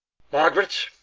margaret,